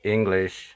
English